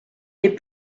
des